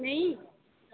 नेईं